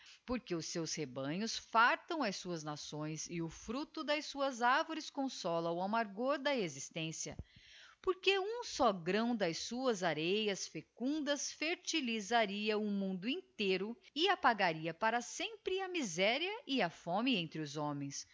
porque os seus rebanhos fartam as suas nações e o fructo das suas arvores consola o amargor da existência porque um só grão das suas areias fecundas fertilisaria o mundo inteiro e apagaria para sempre a miséria e a fome entre os homens